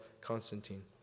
Constantine